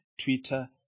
Twitter